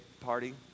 party